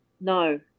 no